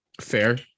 fair